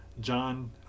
John